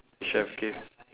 should have give